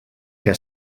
què